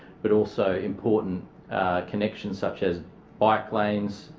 but also important connections such as bike lanes,